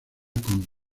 con